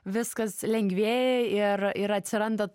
viskas lengvėja ir ir atsiranda